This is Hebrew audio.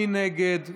מי נגד?